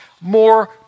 more